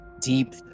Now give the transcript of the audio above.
deep